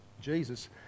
Jesus